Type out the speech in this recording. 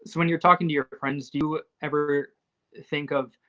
when you're talking to your friends, do you ever think of,